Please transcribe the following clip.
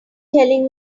telling